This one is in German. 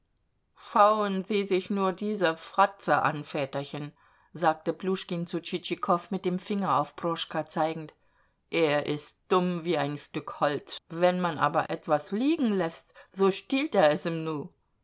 schauen sie sich nur diese fratze an väterchen sagte pljuschkin zu tschitschikow mit dem finger auf proschka zeigend er ist dumm wie ein stück holz wenn man aber etwas liegenläßt so stiehlt er es im nu